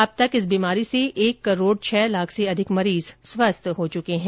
अब तक इस बीमारी से एक करोड़ छह लाख से अधिक मरीज स्वस्थ हो चूके हैं